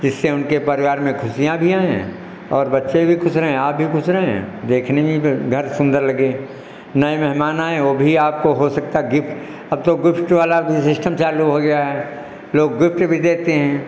जिससे उनके परिवार में खुशियाँ भी आएँ और बच्चे भी खुश रहें आप भी खुश रहें देखने में भी घर सुन्दर लगे नए मेहमान आएँ वह भी आपको हो सकता है गिफ़्ट अब तो गिफ़्ट वाला भी सिस्टम चालू हो गया है लोग गिफ्ट भी देते हैं